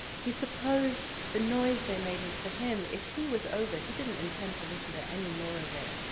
he supposed the noise they made was for him. if he was over he didn't intend to listen to any more of it.